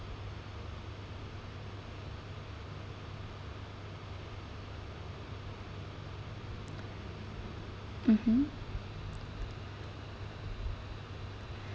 mmhmm